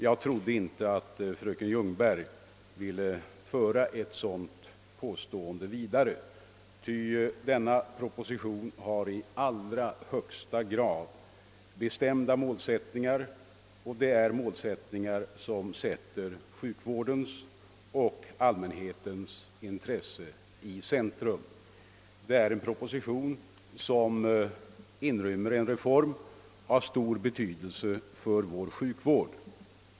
Jag trodde inte att fröken Ljungberg ville föra ett sådant påstående vidare. Denna proposition har i allra högsta grad bestämda målsättningar som sätter sjukvårdens och allmänhetens intressen i centrum. Propositionen inrymmer en reform av stor betydelse för vår sjukvård.